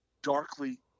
darkly